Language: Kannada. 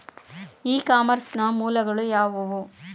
ಇ ಕಾಮರ್ಸ್ ನ ಮೂಲಗಳು ಯಾವುವು?